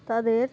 তাদের